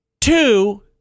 Two